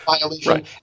violation